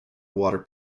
water